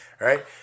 right